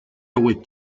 wit